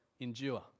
Endure